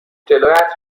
جلویت